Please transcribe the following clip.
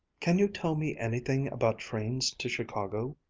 can you tell me anything about trains to chicago?